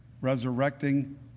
resurrecting